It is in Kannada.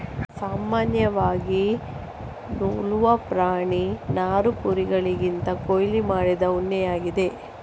ಸಾಮಾನ್ಯವಾಗಿ ನೂಲುವ ಪ್ರಾಣಿ ನಾರು ಕುರಿಗಳಿಂದ ಕೊಯ್ಲು ಮಾಡಿದ ಉಣ್ಣೆಯಾಗಿದೆ